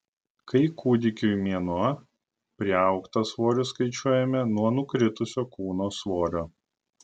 kai kūdikiui mėnuo priaugtą svorį skaičiuojame nuo nukritusio kūno svorio